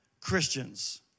Christians